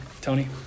Tony